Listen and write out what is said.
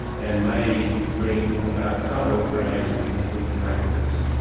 and may bring about some alterations in practice.